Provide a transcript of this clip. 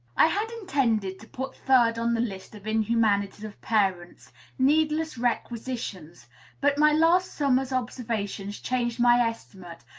i had intended to put third on the list of inhumanities of parents needless requisitions but my last summer's observations changed my estimate,